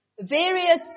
various